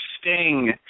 Sting